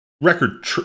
record